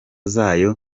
zayo